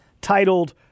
titled